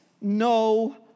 no